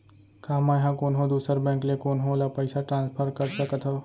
का मै हा कोनहो दुसर बैंक ले कोनहो ला पईसा ट्रांसफर कर सकत हव?